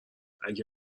اگر